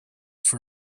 for